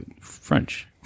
French